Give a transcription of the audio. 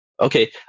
okay